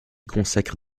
consacre